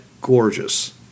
gorgeous